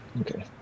Okay